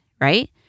right